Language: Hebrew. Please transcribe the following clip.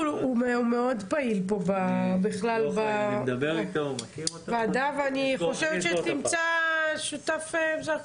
הוא מאוד פעיל בוועדה ואני חושבת שתמצא בו שותף.